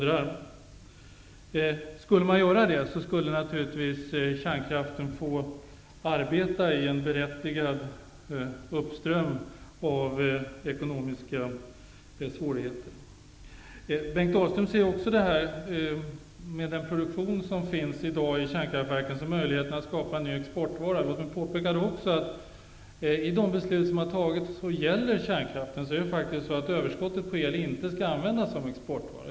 Om man gjorde det skulle naturligtvis kärnkraften få arbeta i en berättigad uppström av ekonomiska svårigheter. Bengt Dalström påpekar också möjligheten att skapa en ny exportvara genom den produktion som i dag förekommer i kärnkraftverken. Enligt de beslut som har fattats gällande kärnkraften skall överskottet på el inte användas som exportvara.